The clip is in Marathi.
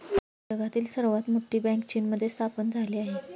जगातील सर्वात मोठी बँक चीनमध्ये स्थापन झाली आहे